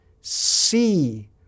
see